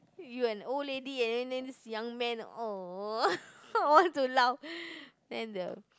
you an old lady and then this young man oh I want to laugh then the